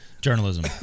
journalism